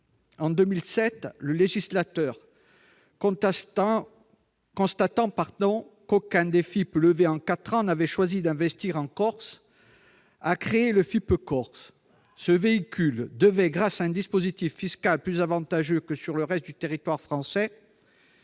En 2007, le législateur, constatant qu'aucun des FIP levés en quatre ans n'avait choisi d'investir en Corse, a créé le FIP Corse. Ce véhicule devait, grâce à un dispositif fiscal plus avantageux que sur le reste du territoire français,